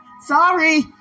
Sorry